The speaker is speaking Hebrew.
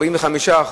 45%,